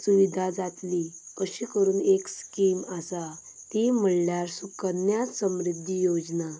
सुविधा जातली अशी करून एक स्कीम आसा ती म्हणल्यार सुकनन्या समृधी योजना